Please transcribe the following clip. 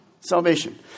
salvation